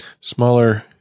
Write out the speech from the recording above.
smaller